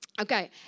Okay